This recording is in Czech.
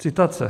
Citace: